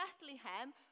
Bethlehem